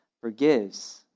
forgives